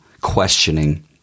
questioning